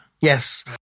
Yes